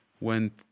went